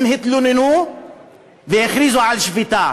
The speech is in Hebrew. הם התלוננו והכריזו על שביתה.